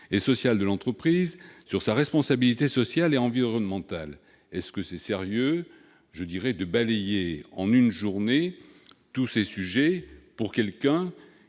et social de l'entreprise et sur la responsabilité sociale et environnementale de celle-ci. Est-il sérieux de balayer en une journée tous ces sujets, pour quelqu'un